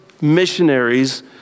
missionaries